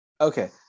Okay